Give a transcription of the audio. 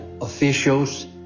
officials